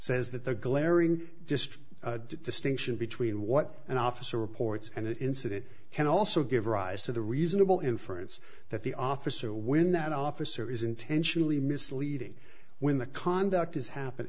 says that the glaring just distinction between what an officer reports and incident can also give rise to the reasonable inference that the officer when that officer is intentionally misleading when the conduct is happen